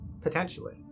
Potentially